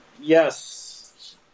yes